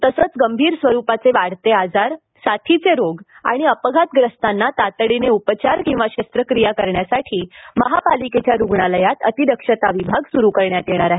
तसंच गंभीर स्वरूपाचे वाढते आजार साथीचे रोग आणि अपघातग्रस्तांना तातडीने उपचार किंवा शस्त्रक्रिया करण्यासाठी महापालिकेच्या रुग्णालयात अतिदक्षता विभाग सुरू करण्यात येणार आहे